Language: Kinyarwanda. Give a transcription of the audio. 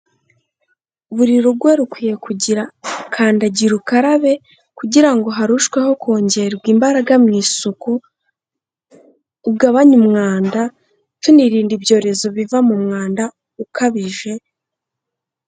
Buri rugo rukwiye kugira kandagira ukarabe kugira ngo harusheho kongerwa imbaraga mu isuku, ugabanye umwanda tunirinda ibyorezo biva mu mwanda ukabije.